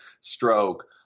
stroke